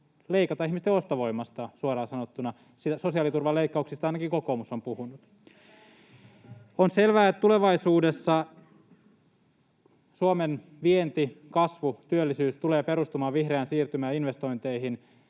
leikata ihmisten ostovoimasta, suoraan sanottuna. Sosiaaliturvan leikkauksista ainakin kokoomus on puhunut. [Leena Meren välihuuto] On selvää, että tulevaisuudessa Suomen vienti, kasvu ja työllisyys tulevat perustumaan vihreään siirtymään ja investointeihin,